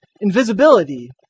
invisibility